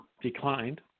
declined